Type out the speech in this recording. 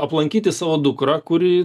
aplankyti savo dukrą kuri